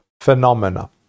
phenomena